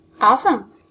awesome